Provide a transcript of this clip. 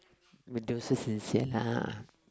sincere lah